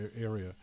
area